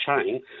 chain